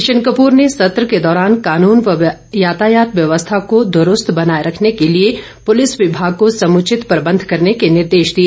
किशन कपूर ने सत्र के दौरान कानून व यातायात व्यवस्था को द्रूस्त बनाए रखने के लिए पुलिस विभाग को समुचित प्रबंध करने के निर्देश दिए